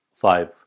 Five